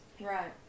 Right